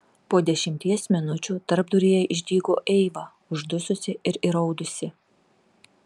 po dešimties minučių tarpduryje išdygo eiva uždususi ir įraudusi